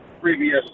previous